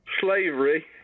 slavery